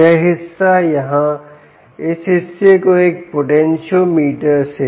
यह हिस्सा यहां इस हिस्से को एक पोटेंशियोमीटर से